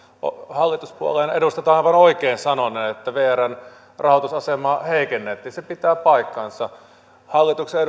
hallituspuolueiden edustajat ovat aivan oikein sanoneet että vrn rahoitusasemaa heikennettiin se pitää paikkansa hallituksen